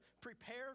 prepare